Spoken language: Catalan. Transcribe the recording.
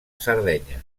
sardenya